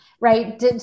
right